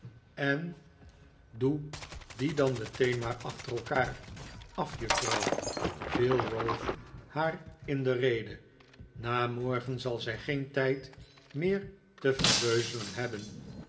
en doe die dan meteen maar achter elkaar af juffrouw viel ralph haar in de rede na morgen zal zij geen tijd meer te verbeuzelen hebben